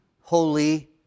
holy